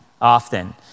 often